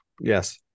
yes